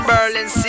Berlin